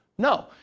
No